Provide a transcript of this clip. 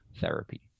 therapy